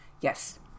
Yes